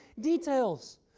details